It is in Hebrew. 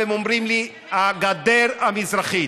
הם אומרים לי: הגדר המזרחית,